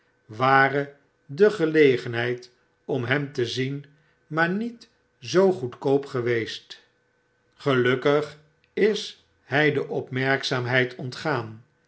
ware de gelegenheid om hem te zien maar niet zoo goedkoop geweest gelukkig is hi de opmerkzaamheid ontgaan